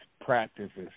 practices